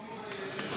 לא מתבייש.